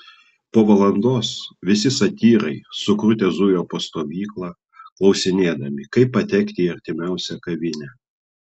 po valandos visi satyrai sukrutę zujo po stovyklą klausinėdami kaip patekti į artimiausią kavinę